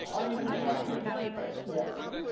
are you going to shut him down in red? yeah.